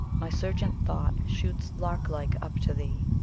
my surgent thought shoots lark-like up to thee.